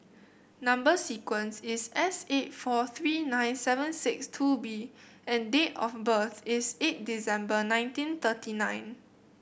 number sequence is S eight four three nine seven six two B and date of birth is eight December nineteen thirty nine